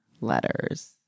letters